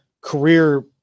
career